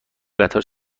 قطار